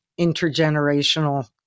intergenerational